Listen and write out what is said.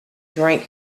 drank